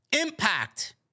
Impact